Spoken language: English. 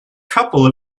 couple